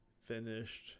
finished